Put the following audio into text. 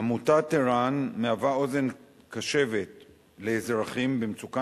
עמותת ער"ן מהווה אוזן קשבת לאזרחים במצוקה